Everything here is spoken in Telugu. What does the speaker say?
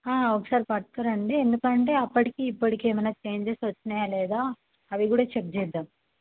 ఒకసారి పట్టుకురండి ఎందుకంటే అప్పటికి ఇప్పటికి ఏమైన చేంజెస్ వచ్చినాయా లేదా అవి కూడా చెక్ చేద్దాం